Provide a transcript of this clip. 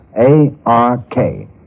A-R-K